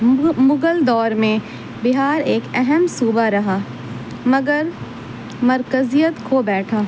مغل دور میں بہار ایک اہم صوبہ رہا مگر مرکزیت کو بیٹھا